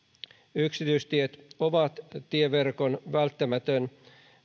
yksityistiet ovat tieverkon välttämätön